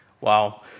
Wow